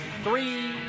Three